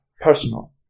personal